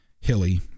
hilly